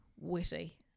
witty